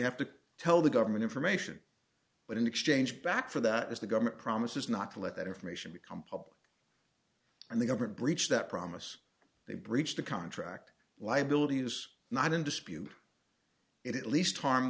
have to tell the government information but in exchange back for that is the government promises not to let that information become public and the government breached that promise they breached the contract liability is not in dispute it at least harm